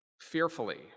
fearfully